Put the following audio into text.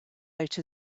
out